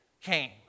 came